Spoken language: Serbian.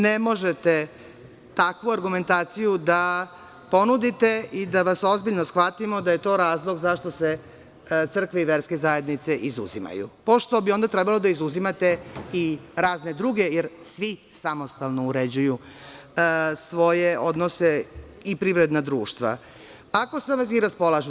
Ne možete takvu argumentaciju da ponudite i da vas ozbiljno shvatimo da je to razlog zašto se crkve i verske zajednice izuzimaju pošto bi onda trebalo da izuzimate i razne druge, jer svi samostalno uređuju svoje odnose i privredna društva i raspolažu.